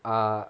err